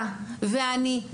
אתה ואני,